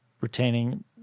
retaining